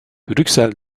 brüksel